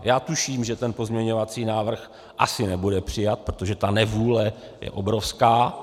Já tuším, že ten pozměňovací návrh asi nebude přijat, protože ta nevůle je obrovská.